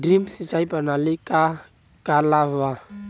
Drip सिंचाई प्रणाली के का लाभ ह?